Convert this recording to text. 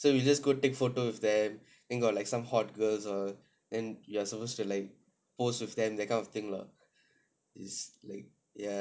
so we just go take photo with them then got like some hot girls all and you are supposed to like post with them that kind of thing lah is like ya